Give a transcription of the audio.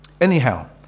Anyhow